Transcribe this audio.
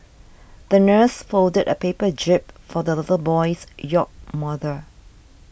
the nurse folded a paper jib for the little boy's yacht mother